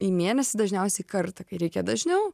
į mėnesį dažniausiai kartą kai reikia dažniau